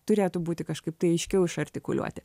turėtų būti kažkaip tai aiškiau išartikuliuoti